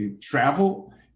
travel